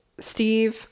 Steve